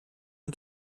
und